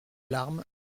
larmes